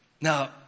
Now